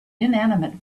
inanimate